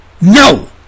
No